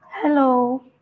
Hello